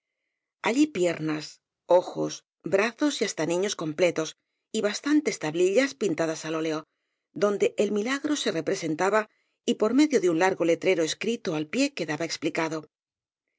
allí piernas ojos brazos y hasta niños com pletos y bastantes tablitas pintadas al óleo donde el milagro se representaba y por medio de un lar go letrero escrito al pie quedaba explicado